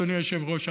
אדוני היושב-ראש,